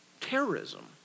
terrorism